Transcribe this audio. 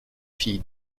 filles